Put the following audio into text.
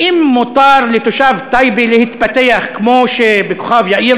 האם מותר לתושב טייבה להתפתח כמו שבכוכב-יאיר,